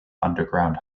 underground